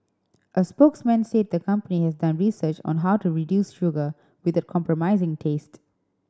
a spokesman said the company has done research on how to reduce sugar without compromising taste